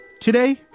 Today